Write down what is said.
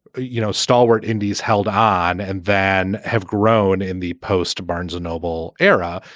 you know, stalwart indies held on and then have grown in the post barnes and noble era.